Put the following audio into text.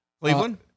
Cleveland